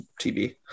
tv